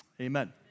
Amen